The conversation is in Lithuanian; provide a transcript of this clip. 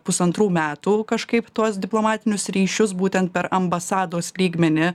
pusantrų metų kažkaip tuos diplomatinius ryšius būtent per ambasados lygmenį